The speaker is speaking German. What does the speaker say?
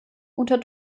unter